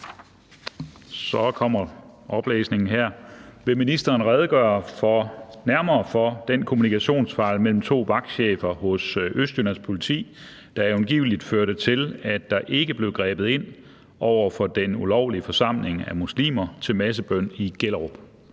Skaarup (DF): Tak. Vil ministeren redegøre nærmere for den kommunikationsfejl mellem to vagtchefer hos Østjyllands Politi, der angiveligt førte til, at der ikke blev grebet ind over for den ulovlige forsamling af muslimer til massebøn i Gellerup?